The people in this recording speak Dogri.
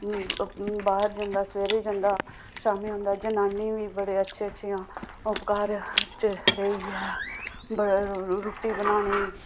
बाह्र जंदा सवेरे जंदा शामी होंदा जनानी बी बड़े अच्छे अच्छियां ओह् घर बिच्च रेहियै रुट्टी बनानी